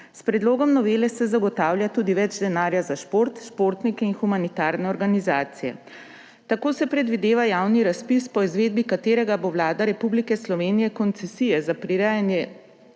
S predlogom novele se zagotavlja tudi več denarja za šport, športnike in humanitarne organizacije. Tako se predvideva javni razpis, po izvedbi katerega bo Vlada Republike Slovenije koncesije za prirejanje